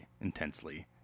intensely